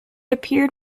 appeared